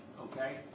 okay